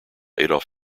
adolf